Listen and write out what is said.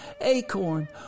acorn